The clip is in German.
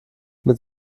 mit